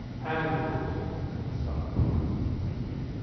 and, of course, we had the staff party to celebrate.